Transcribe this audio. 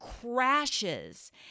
crashes